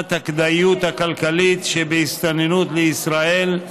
הכדאיות הכלכלית שבהסתננות לישראל,